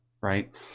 right